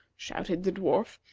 shouted the dwarf,